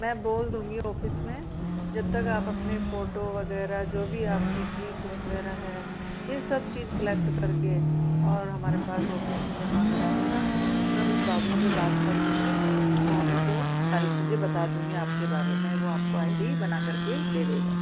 मैं बोल दूँगी ऑफिस में जब तक आप अपने फ़ोटो वगैरह जो भी आपकी फीस वगैरह है यह सब चीज़ कलेक्ट करके और हमारे पास ऑफिस में जमा करा देना मैं उस बाबू से बात कर लूँगी बाबू को सारी चीज़ें बात दूँगी आप के बारे में वो आप को आई डी बना करके दे देगा